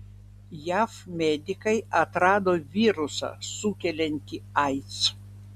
jav medikai atrado virusą sukeliantį aids